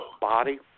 body